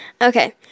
Okay